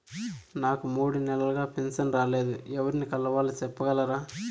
నాకు మూడు నెలలుగా పెన్షన్ రాలేదు ఎవర్ని కలవాలి సెప్పగలరా?